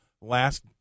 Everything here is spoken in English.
last